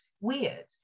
weird